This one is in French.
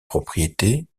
propriétés